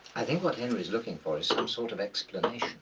i think what henry's looking for is some sort of explanation.